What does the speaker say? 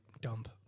dump